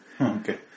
Okay